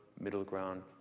middle ground,